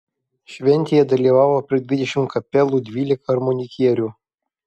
šventėje dalyvavo per dvidešimt kapelų dvylika armonikierių